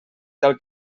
cal